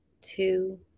two